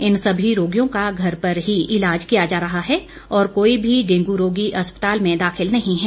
इन सभी रोगियों का घर परही इलाज किया जा रहा है और कोई भी डेंगू रोगी अस्पताल में दाखिल नहीं है